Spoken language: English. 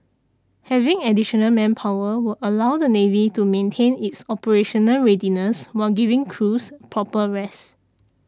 having additional manpower will allow the navy to maintain its operational readiness while giving crews proper rest